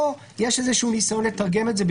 בהצעת החוק יש איזשהו ניסיון לתרגם את זה,